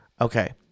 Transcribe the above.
Okay